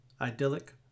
idyllic